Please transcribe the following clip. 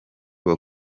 muri